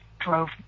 drove